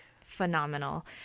Phenomenal